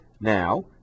Now